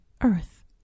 earth